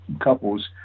couples